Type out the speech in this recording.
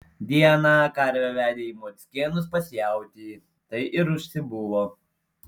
dieną karvę vedė į mockėnus pas jautį tai ir užsibuvo